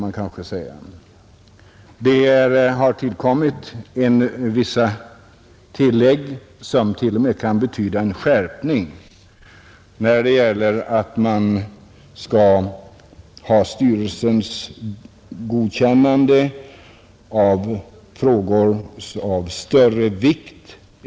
Det har gjorts vissa tillägg som t.o.m. kan betyda en skärpning, t.ex. bestämmelsen att det fordras styrelsens godkännande i frågor av större vikt.